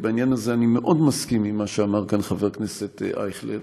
ובעניין הזה אני מאוד מסכים למה שאמר כאן חבר הכנסת אייכלר,